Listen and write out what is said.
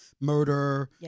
murder